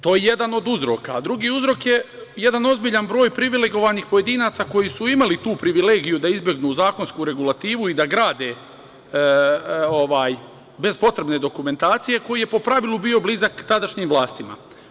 To je jedan od uroka, drugi uzrok je jedan ozbiljan broj privilegovanih pojedinaca koji su imali tu privilegiju da izbegnu zakonsku regulativu i da grade bez potrebne dokumentacije, koji je po pravilu bio blizak tadašnjim vlastima.